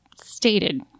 stated